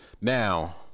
Now